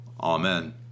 Amen